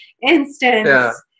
instance